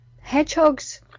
Hedgehogs